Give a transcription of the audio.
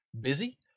busy